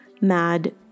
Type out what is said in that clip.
mad